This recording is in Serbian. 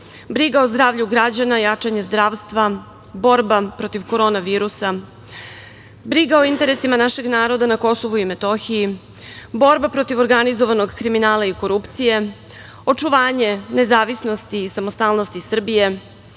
briga o zdravlju građana, jačanje zdravstva, borba protiv korona virusa, briga o interesima našeg naroda na KiM, borba protiv organizovanog kriminala i korupcije, očuvanje nezavisnosti i samostalnosti Srbije,